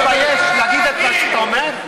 אתה לא מתבייש להגיד את מה שאתה אומר?